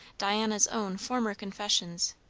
diana's own former confessions,